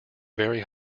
very